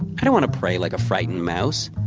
i want to pray like a frightened mouse.